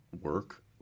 work